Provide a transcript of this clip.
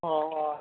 অঁ অঁ